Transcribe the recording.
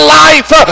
life